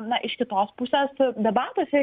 na iš kitos pusės debatuose